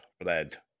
bled